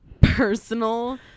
personal